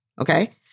Okay